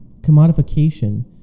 commodification